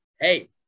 Hey